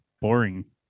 boring